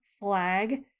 flag